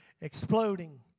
exploding